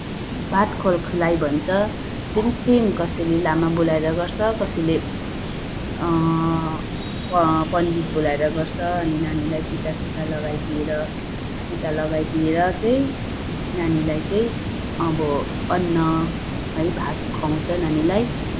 भात खल खुवाइ भन्छ त्यो पनि सेम कसैले लामा बोलाएर गर्छ कसैले पण्डित बोलाएर गर्छ अनि नानीलाई टिका सिका लगाइदिएर टिका लगाइदिएर चाहिँ नानीलाई चाहिँ अब अन्न भात खुवाउछ नानीलाई